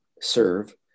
serve